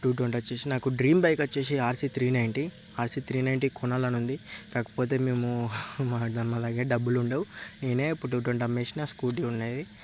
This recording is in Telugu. టూ ట్వంటీ వచ్చేసి నాకు డ్రీమ్ బైక్ వచ్చేసి RC three ninety RC three ninety కొనాలని ఉంది కాకపోతే మేము మా దగ్గర డబ్బులు ఉండవు నేనే ఇప్పుడు టూ ట్వంటీ అమ్మేసిన స్కూటీ ఉన్నది